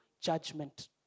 judgment